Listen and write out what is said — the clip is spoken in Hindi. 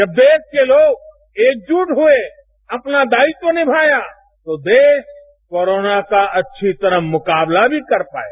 जब देश के लोग एकपुट हुए अपना दायित्व निमाया तो देश कोरोना का अच्छी तरह मुकाबला भी कर पाया